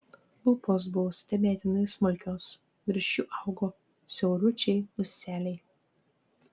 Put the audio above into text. lūpos buvo stebėtinai smulkios virš jų augo siauručiai ūseliai